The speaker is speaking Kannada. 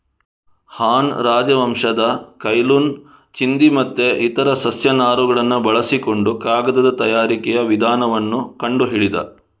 ಹಾನ್ ರಾಜವಂಶದ ಕೈ ಲುನ್ ಚಿಂದಿ ಮತ್ತೆ ಇತರ ಸಸ್ಯ ನಾರುಗಳನ್ನ ಬಳಸಿಕೊಂಡು ಕಾಗದದ ತಯಾರಿಕೆಯ ವಿಧಾನವನ್ನ ಕಂಡು ಹಿಡಿದ